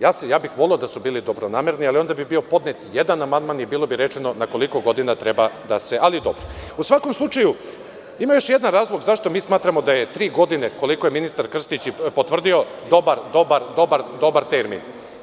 voleo bih da su bili dobronamerni, ali onda bi bio podnet jedan amandman i bilo bi rečeno na koliko godina treba da se, ali dobro, u svakom slučaju ima još jedan razlog zašto mi smatramo da je tri godine, koliko je ministar Krstić i potvrdio dobar termin?